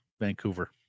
Vancouver